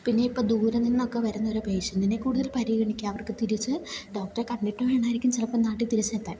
പിന്നെ ഇപ്പം ദൂരെ നിന്നൊക്കെ വരുന്നൊരു പേഷ്യൻറ്റിനെ കൂടുതൽ പരിഗണിക്കുക അവർക്ക് തിരിച്ച് ഡോക്ടറെ കണ്ടിട്ട് വേണമായിരിക്കും ചിലപ്പം നാട്ടിൽ തിരിച്ചെത്താൻ